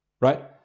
right